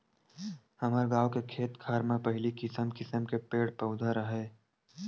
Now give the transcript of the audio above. हमर गाँव के खेत खार म पहिली किसम किसम के पेड़ पउधा राहय